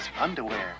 underwear